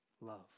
love